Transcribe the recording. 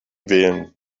wählen